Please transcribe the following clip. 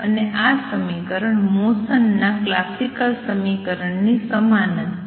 અને આ સમીકરણ મોસન ના ક્લાસિકલ સમીકરણ ની સમાન જ છે